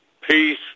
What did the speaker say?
peace